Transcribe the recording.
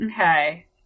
Okay